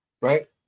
right